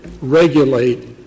regulate